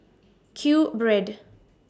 Q Bread